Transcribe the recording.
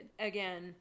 Again